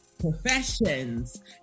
Professions